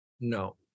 No